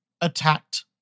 attacked